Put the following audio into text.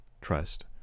trust